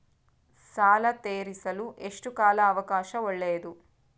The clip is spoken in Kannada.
ಸಾಲ ತೇರಿಸಲು ಎಷ್ಟು ಕಾಲ ಅವಕಾಶ ಒಳ್ಳೆಯದು?